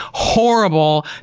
horrible!